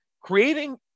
Creating